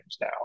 now